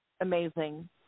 Amazing